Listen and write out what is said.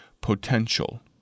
potential